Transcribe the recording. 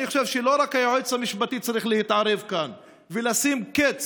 אני חושב שלא רק היועץ המשפטי צריך להתערב כאן ולשים קץ